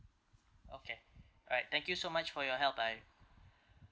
okay alright thank you so much for your help bye